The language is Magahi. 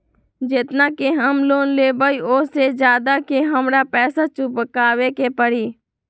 जेतना के हम लोन लेबई ओ से ज्यादा के हमरा पैसा चुकाबे के परी?